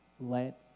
Let